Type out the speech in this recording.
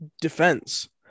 defense